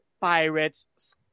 Pirates